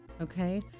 Okay